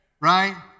right